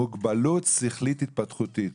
מוגבלות שכלית התפתחותית.